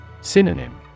Synonym